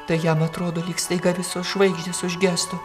tai jam atrodo lyg staiga visos žvaigždės užgestų